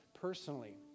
personally